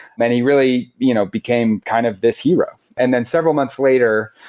many really you know became kind of this hero and then several months later,